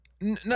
No